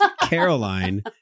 Caroline